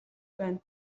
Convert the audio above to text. байна